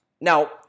Now